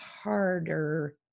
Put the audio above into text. harder